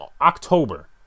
October